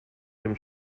dem